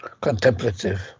contemplative